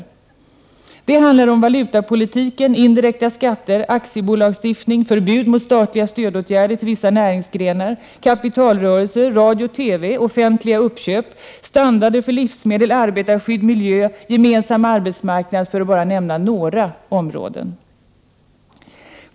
Dessa punkter handlar om valutapolitiken, indirekta skatter, aktiebolagsstiftning, förbud mot statliga stödåtgärder till vissa näringsgrenar, kapitalrörelser, radio TV, offentliga uppköp, standarder för livsmedel, arberarskydd, miljö, gemensam arbetsmarknad — för att nämna bara några områden.